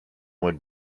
would